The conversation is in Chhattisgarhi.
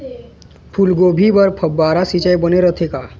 फूलगोभी बर फव्वारा सिचाई बने रथे का?